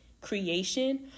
creation